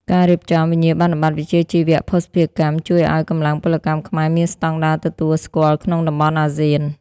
ការរៀបចំ "វិញ្ញាបនបត្រវិជ្ជាជីវៈភស្តុភារកម្ម" ជួយឱ្យកម្លាំងពលកម្មខ្មែរមានស្ដង់ដារទទួលស្គាល់ក្នុងតំបន់អាស៊ាន។